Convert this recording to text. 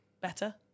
better